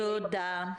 תודה.